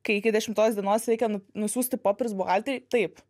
kai iki dešimtos dienos reikia nu nusiųsti popierius buhalterei taip